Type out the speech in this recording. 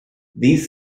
these